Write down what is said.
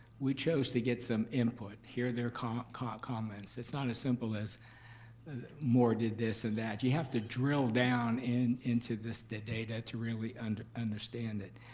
we chose to get some input. hear their comments. it's not as simple as more did this or that. you have to drill down and into this, the data, to really and understand it.